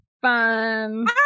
fun